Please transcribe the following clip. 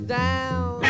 down